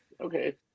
Okay